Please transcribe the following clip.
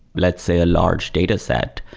let's say, a large dataset,